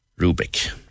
Rubik